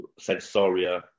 Sensoria